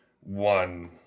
one